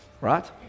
right